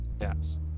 Yes